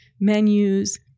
menus